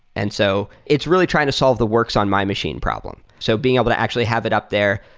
and so it's really trying to solve the works on my machine problem. so being able to actually have it up there,